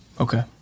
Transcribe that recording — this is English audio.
Okay